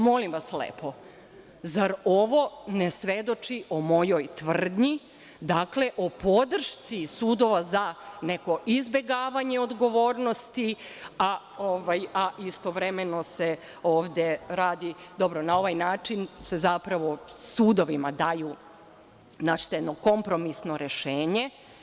Molim vas lepo, zar ovo ne svedoči o mojoj tvrdnji, dakle o podršci sudova za neko izbegavanje odgovornosti, a istovremeno se ovde radi, dobro, na ovaj način se zapravo sudovima daju jedno kompromisno rešenje.